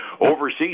Overseas